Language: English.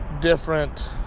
different